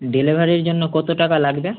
ডেলিভারির জন্য কত টাকা লাগবে